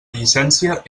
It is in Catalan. llicència